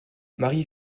mari